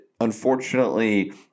unfortunately